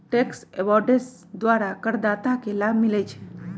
tax avoidance द्वारा करदाता के लाभ मिलइ छै